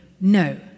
No